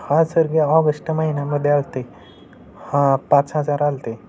हा सर या ऑगस्ट महिन्यामध्ये आले होते हा पाच हजार आले होते